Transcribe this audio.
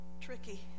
tricky